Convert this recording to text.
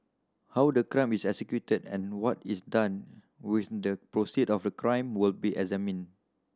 how the crime is executed and what is done with the proceed of the crime will be examined